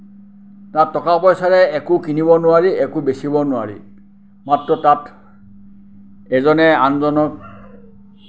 তাত টকা পইচাৰে একো কিনিব নোৱাৰি একো বেচিব নোৱাৰি মাত্ৰ তাত এজনে আনজনক